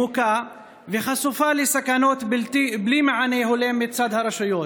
מוכה וחשופה לסכנות, בלי מענה הולם מצד הרשויות,